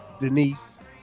Denise